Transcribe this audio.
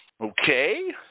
Okay